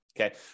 Okay